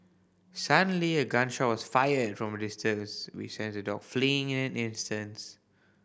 suddenly a gun shot was fired from a distance which sent the dogs fleeing in an instants